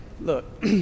Look